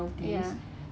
ya